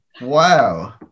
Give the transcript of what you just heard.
wow